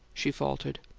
she faltered.